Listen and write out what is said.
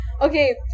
Okay